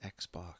Xbox